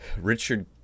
Richard